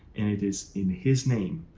and it is in his name.